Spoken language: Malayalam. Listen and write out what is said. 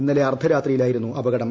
ഇന്നലെ അർധരാത്രിയിലായിരുന്നു അപകടം